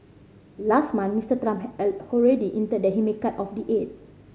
last month Mister Trump had already hinted that he may cut off the aid